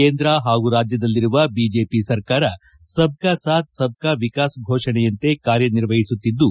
ಕೇಂದ್ರ ಹಾಗೂ ರಾಜ್ಯದಲ್ಲಿರುವ ಬಿಜೆಪಿ ಸರ್ಕಾರ ಸಬ್ ಕಾ ಸಾಥ್ ಸಬ್ ವಿಕಾಸ್ ಘೋಷಣೆಯಂತೆ ಕಾರ್ಯನಿರ್ವಹಿಸುತ್ತಿದ್ದು